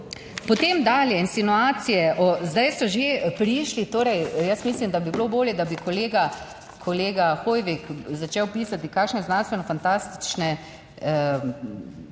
Potem dalje insinuacije o, zdaj so že prišli torej, jaz mislim, da bi bilo bolje, da bi kolega, kolega Hoivik začel pisati kakšne znanstvenofantastične romane